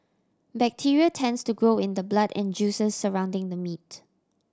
bacteria tends to grow in the blood and juices surrounding the meat